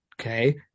okay